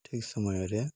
ଠିକ୍ ସମୟରେ